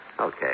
Okay